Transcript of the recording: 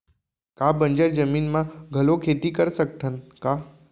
का बंजर जमीन म घलो खेती कर सकथन का?